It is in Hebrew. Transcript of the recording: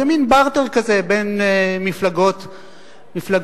זה מין בארטר כזה בין מפלגות קצה.